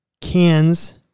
cans